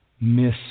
miss